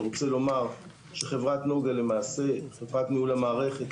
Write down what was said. אני רוצה לומר שחברת נגה חברת ניהול המערכת,